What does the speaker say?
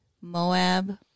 Moab